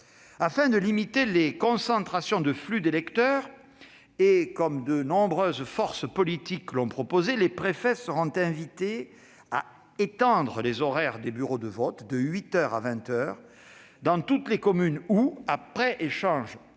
Afin de limiter les concentrations de flux d'électeurs, et comme de nombreuses forces politiques l'ont proposé, les préfets seront invités à étendre les horaires des bureaux de vote de huit heures à vingt heures, dans toutes les communes où, après échange avec